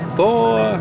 four